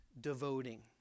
devoting